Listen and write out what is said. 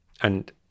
And-